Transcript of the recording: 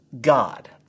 God